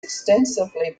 extensively